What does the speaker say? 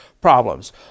problems